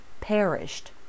perished